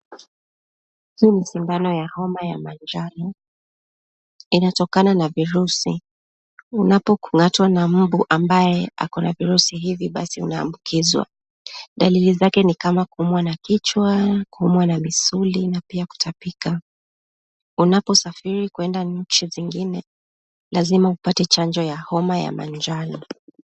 Hii ni sindano ya homa ya manjano. Inatokana na virusi. Unapokung'atwa na mbu ambaye ako na virusi hivi basi unaambukizwa. Dalili zake ni kama kuumwa na kichwa, kuumwa na misuli na pia kutapika. Unaposafiri kwenda nchi zingine lazima upate chanjo ya homa ya manjano.